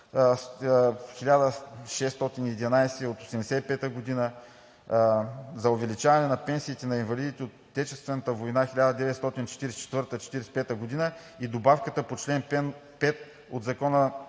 за увеличаване пенсиите на инвалидите от Отечествената война 1944 – 1945 г. и добавката по чл. 5 от Закона